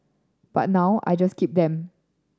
but now I just keep them